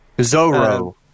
Zoro